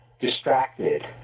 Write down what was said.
distracted